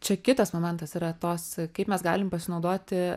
čia kitas momentas yra tos kaip mes galim pasinaudoti